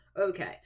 Okay